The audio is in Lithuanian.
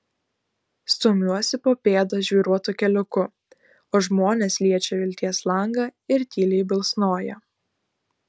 stumiuosi po pėdą žvyruotu keliuku o žmonės liečia vilties langą ir tyliai bilsnoja